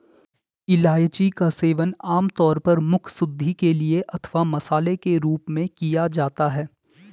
इलायची का सेवन आमतौर पर मुखशुद्धि के लिए अथवा मसाले के रूप में किया जाता है